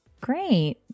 Great